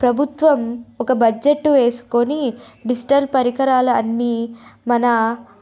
ప్రభుత్వం ఒక బడ్జెట్ వేసుకొని డిజిటల్ పరికరాలు అన్నీ మన